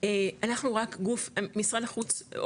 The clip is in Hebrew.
משרד החוץ,